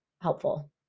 helpful